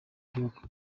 igihugu